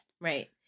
Right